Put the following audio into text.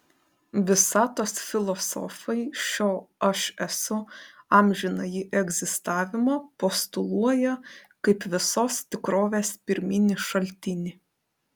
visatos filosofai šio aš esu amžinąjį egzistavimą postuluoja kaip visos tikrovės pirminį šaltinį